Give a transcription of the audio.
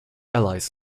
allies